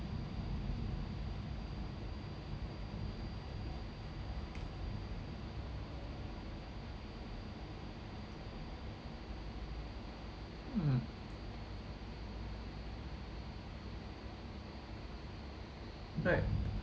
mm right